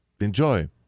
enjoy